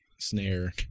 snare